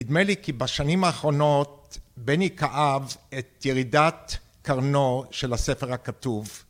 נדמה לי כי בשנים האחרונות בני כאב את ירידת קרנו של הספר הכתוב